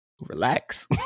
relax